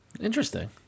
Interesting